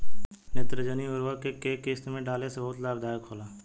नेत्रजनीय उर्वरक के केय किस्त में डाले से बहुत लाभदायक होला?